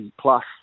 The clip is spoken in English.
plus